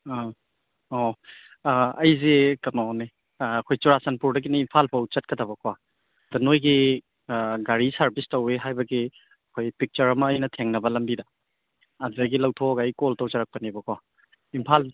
ꯑꯪ ꯑꯣ ꯑꯩꯁꯦ ꯀꯩꯅꯣꯅꯤ ꯑꯩꯈꯣꯏ ꯆꯨꯔꯆꯥꯟꯄꯨꯔꯗꯒꯤꯅꯤ ꯏꯝꯐꯥꯜ ꯐꯥꯎ ꯆꯠꯀꯗꯕꯀꯣ ꯅꯣꯏꯒꯤ ꯒꯥꯔꯤ ꯁꯥꯔꯕꯤꯁ ꯇꯧꯋꯦ ꯍꯥꯏꯕꯒꯤ ꯑꯩꯈꯣꯏ ꯄꯤꯛꯆꯔ ꯑꯃ ꯑꯩꯅ ꯊꯦꯡꯅꯕ ꯂꯝꯕꯤꯗ ꯑꯗꯨꯗꯒꯤ ꯂꯧꯊꯣꯛꯑꯒ ꯑꯩ ꯀꯣꯜ ꯇꯧꯖꯔꯛꯄꯅꯦꯕꯀꯣ ꯏꯝꯐꯥꯜ